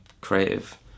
creative